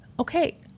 Okay